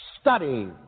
study